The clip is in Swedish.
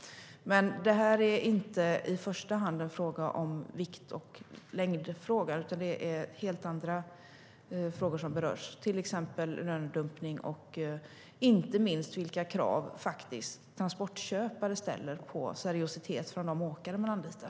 Men detta är inte i första hand en fråga om vikt och längd, utan det är helt andra aspekter som berörs, till exempel lönedumpning och inte minst vilka krav på seriositet som transportköpare ställer på de åkare som de anlitar.